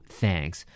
thanks